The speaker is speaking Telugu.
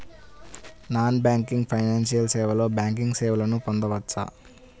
నాన్ బ్యాంకింగ్ ఫైనాన్షియల్ సేవలో బ్యాంకింగ్ సేవలను పొందవచ్చా?